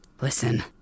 listen